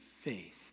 faith